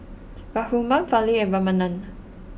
Raghuram Fali and Ramanand